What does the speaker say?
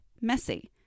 Messy